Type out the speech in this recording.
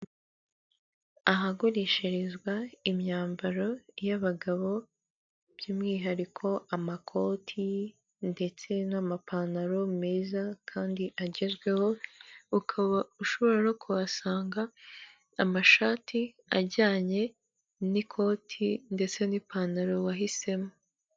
Ahagurishirizwa imyambaro y'abagabo by'umwihariko amakoti ndetse n'amapantaro meza kandi agezweho, ukaba ushobora no kuhasanga amashati ajyanye n'ikoti ndetse n'ipantaro wahisemo.